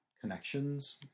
connections